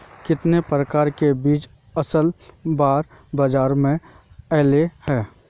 कितने प्रकार के बीज असल बार बाजार में ऐले है?